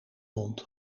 mond